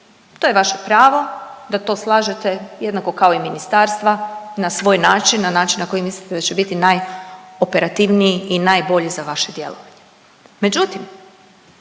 To je vaše pravo da to slažete jednako kao i ministarstva na svoj način, na način na koji mislite da će biti najoperativniji i najbolji za vaše djelovanje.